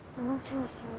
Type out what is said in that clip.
mountains.